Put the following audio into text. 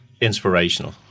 inspirational